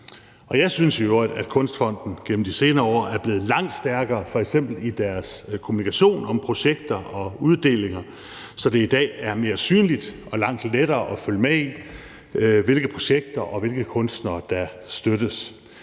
Jeg synes i øvrigt, at Kunstfonden gennem de senere år er blevet langt stærkere, f.eks. i deres kommunikation om projekter og uddelinger, så det i dag er mere synligt og langt lettere at følge med i, hvilke projekter og hvilke kunstnere der støttes.